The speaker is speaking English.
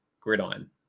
Gridiron